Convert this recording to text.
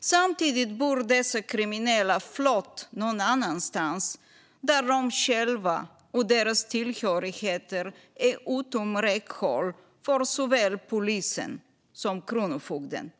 Samtidigt bor dessa kriminella flott någon annanstans, där de själva och deras tillhörigheter är utom räckhåll för såväl polisen som kronofogden.